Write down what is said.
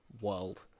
world